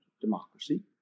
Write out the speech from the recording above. Democracy